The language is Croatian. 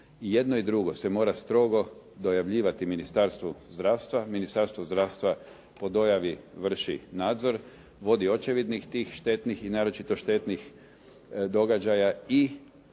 jedno i drugo se mora strogo dojavljivati Ministarstvu zdravstva, Ministarstvu zdravstva po dojavi vrši nadzor, vodi očevidnik tih štetnih i naročito štetnih događaja i